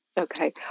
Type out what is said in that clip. Okay